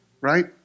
right